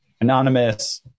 anonymous